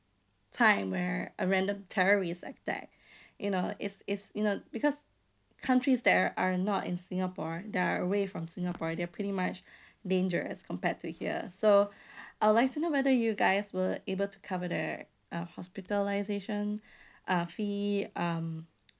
time where a random terrorist attack you know it's it's you know because countries that are are not in singapore they're away from singapore they're pretty much danger as compared to here so I'd like to know whether you guys were able to cover the uh hospitalisation uh fee um